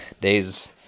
days